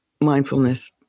mindfulness